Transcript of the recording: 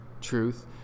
Truth